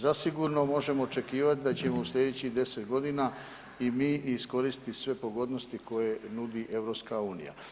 Zasigurno možemo očekivati da ćemo u sljedećih 10 godina i mi iskoristiti sve pogodnosti koje nudi EU.